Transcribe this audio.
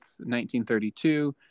1932